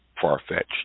far-fetched